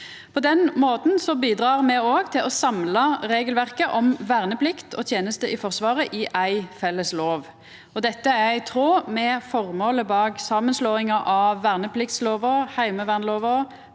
På den måten bidrar me òg til å samla regelverket om verneplikt og teneste i Forsvaret i ein felles lov. Dette er i tråd med føremålet bak samanslåinga av vernepliktsloven, heimevernloven,